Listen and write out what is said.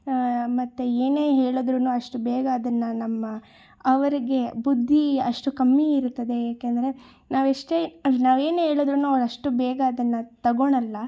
ಮತ್ತು ಏನೇ ಹೇಳಿದ್ರುನು ಅಷ್ಟು ಬೇಗ ಅದನ್ನು ನಮ್ಮ ಅವರಿಗೆ ಬುದ್ಧಿ ಅಷ್ಟು ಕಮ್ಮಿ ಇರುತ್ತದೆ ಏಕೆಂದರೆ ನಾವು ಎಷ್ಟೇ ನಾವು ಏನೇ ಹೇಳುದ್ರುನೂ ಅವ್ಳು ಅಷ್ಟು ಬೇಗ ಅದನ್ನು ತಗೊಳಲ್ಲ